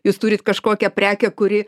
jūs turit kažkokią prekę kuri